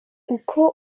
uko